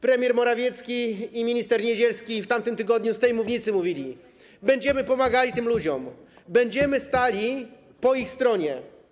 Premier Morawiecki i minister Niedzielski w tamtym tygodniu z tej mównicy mówili: będziemy pomagali tym ludziom, będziemy stali po ich stronie.